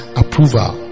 approval